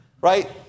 right